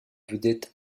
vedette